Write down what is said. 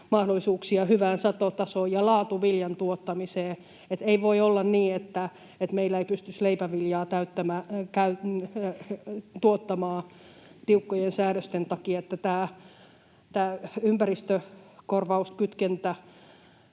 mahdollisuuksia hyvään satotasoon ja laatuviljan tuottamiseen. Ei voi olla niin, että meillä ei pystyisi leipäviljaa tuottamaan tiukkojen säädösten takia. Tämä ympäristökorvauskytkentäasia